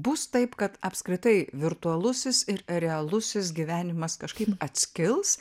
bus taip kad apskritai virtualusis ir realusis gyvenimas kažkaip atskils